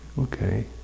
Okay